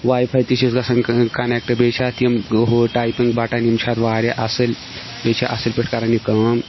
واے فاے تہِ چھُس گژھان کَنیکٹ بیٚیہِ چھِ اَتھ یِم ٹایٚپِنٛگ بَٹن یِم چھِ اَتھ واریاہ اَصٕل بیٚیہِ چھُ اَصٕل پٲٹھۍ کران یہِ کٲم